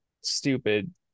stupid